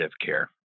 care